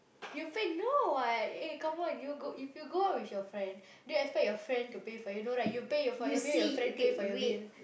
you pay no what eh come on you go if you go with your friend do you expect your friend to pay for you no right you pay for your meal your friend pay for your meal